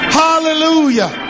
hallelujah